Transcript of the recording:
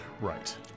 Right